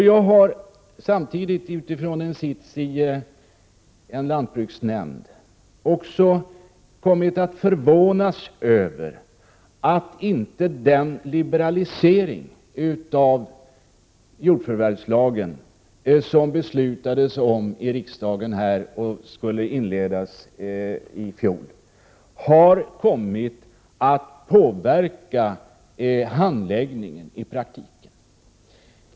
Jag har samtidigt, utifrån en sits i en lantbruksnämnd, förvånats över att den liberalisering av jordförvärvslagen som beslutats om i riksdagen och som skulle inledas i fjol inte har kommit att påverka handläggningen mera märkbart.